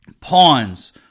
pawns